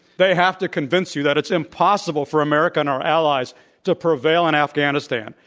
they have to convince you that it's impossible for america and our allies to prevail in afghanistan,